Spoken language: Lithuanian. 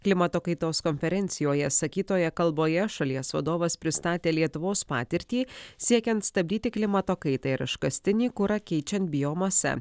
klimato kaitos konferencijoje sakytoje kalboje šalies vadovas pristatė lietuvos patirtį siekiant stabdyti klimato kaitą ir iškastinį kurą keičiant biomase